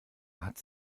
hat